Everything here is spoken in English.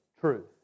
truth